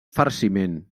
farciment